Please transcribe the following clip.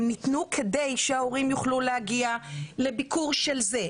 הם ניתנו כדי שההורים יוכלו להגיע לביקור של זה,